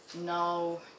No